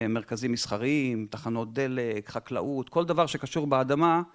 מרכזים מסחריים, תחנות דלק, חקלאות, כל דבר שקשור באדמה.